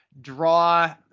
draw